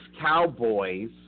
Cowboys